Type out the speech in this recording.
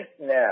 now